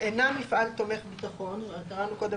אינה מפעל תומך ביטחון --- קראנו קודם